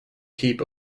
keep